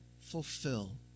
fulfill